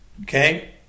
Okay